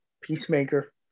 peacemaker